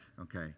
okay